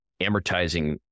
amortizing